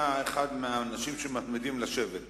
אתה אחד מהאנשים שמתמידים לשבת פה.